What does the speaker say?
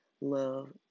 love